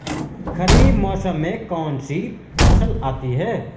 खरीफ मौसम में कौनसी फसल आती हैं?